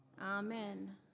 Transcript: amen